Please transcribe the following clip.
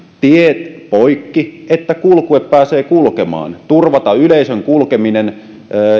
tie poikki että kulkue pääsee kulkemaan turvaamaan yleisön kulkeminen